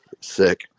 Sick